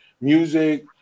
music